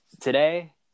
today